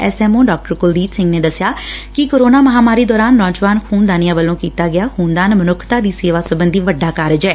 SMO ਡਾ ਕੁਲਦੀਪ ਸਿੰਘ ਨੇ ਦੱਸਿਆ ਕਿ ਕੋਰੋਨਾ ਮਹਾਮਾਰੀ ਦੌਰਾਨ ਨੌਜਵਾਨ ਖੁਨ ਦਾਨੀਆਂ ਵੱਲੋਂ ਕੀਤਾ ਗਿਆ ਖੁਨਦਾਨ ਮਨੁੱਖਤਾ ਦੀ ਸੇਵਾ ਸਬੰਧੀ ਵੱਡਾ ਕਾਰਜ ਐ